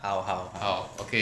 好好好